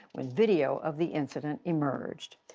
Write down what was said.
when video of the incident emerged.